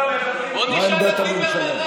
זאת לא עמדת משרד הבריאות.